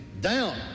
down